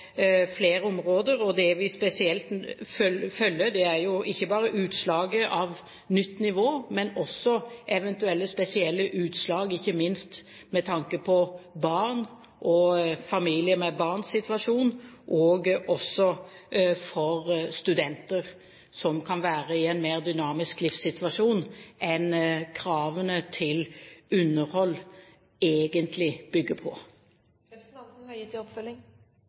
flere områder. Det vi følger, er ikke bare utslaget av nytt nivå, men også eventuelle spesielle utslag, ikke minst med tanke på situasjonen for barn og familier med barn og også for studenter, som kan være i en mer dynamisk livssituasjon enn kravene til underhold egentlig bygger på. Representanten Bent Høie, til